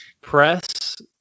Press